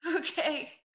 Okay